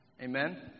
Amen